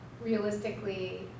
realistically